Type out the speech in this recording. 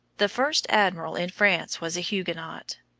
the first admiral in france was a huguenot.